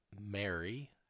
Mary